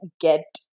get